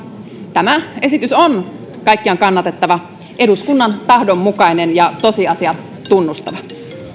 tämä esitys on kaikkiaan kannatettava eduskunnan tahdon mukainen ja tosiasiat tunnustava